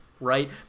right